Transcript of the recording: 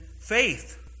faith